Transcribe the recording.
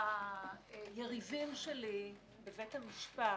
היריבים שלי בבית המשפט,